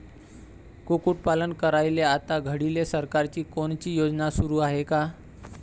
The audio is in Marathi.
कुक्कुटपालन करायले आता घडीले सरकारची कोनची योजना सुरू हाये का?